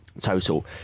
total